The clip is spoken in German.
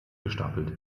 gestapelt